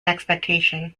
expectation